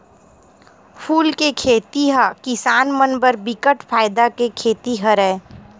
फूल के खेती ह किसान मन बर बिकट फायदा के खेती हरय